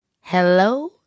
Hello